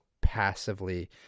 passively